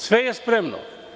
Sve je spremno.